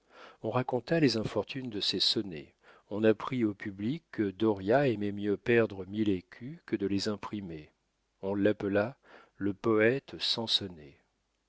on raconta les infortunes de ses sonnets on apprit au public que dauriat aimait mieux perdre mille écus que de les imprimer on l'appela le poète sans